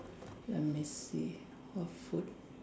let me see what food